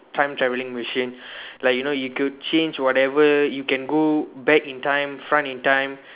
time traveling machine like you know you could change whatever you can go back in time front in time